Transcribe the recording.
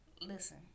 Listen